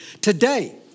Today